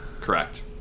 Correct